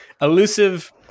elusive –